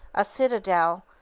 a citadel,